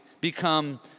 become